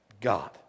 God